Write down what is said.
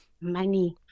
money